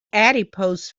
adipose